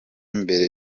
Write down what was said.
mbere